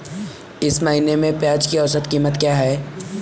इस महीने में प्याज की औसत कीमत क्या है?